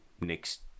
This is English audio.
next